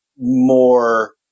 more